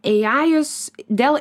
ei ajus dėl